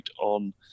on